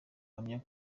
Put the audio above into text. ahamya